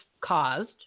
caused